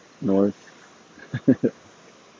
north